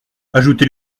ajoutez